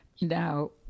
Now